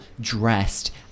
dressed